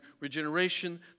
regeneration